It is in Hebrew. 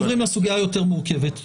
אנחנו עוברים לסוגיה היותר מורכבת.